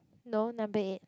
no number eight